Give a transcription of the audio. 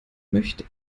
möchte